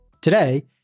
Today